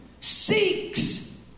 seeks